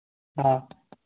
हाँ